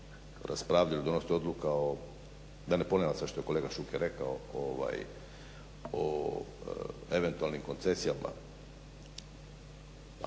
raspravljalo i donosila odluka da ne ponavljam sve što je kolega Šuker rekao o eventualnim koncesijama